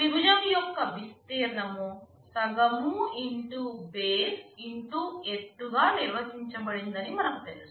త్రిభుజం యొక్క విస్తీర్ణం సగం ఇంటూ బేస్ ఇంటూ ఎత్తుగా½ X base X height నిర్వచించబడిందని మనకు తెలుసు